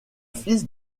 fils